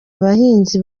abahinzi